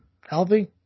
healthy